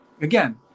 Again